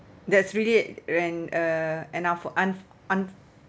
that's really when uh an unfor~ un~ un~